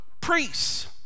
priests